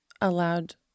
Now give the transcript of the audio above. allowed